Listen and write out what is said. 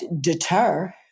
deter